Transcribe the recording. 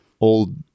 old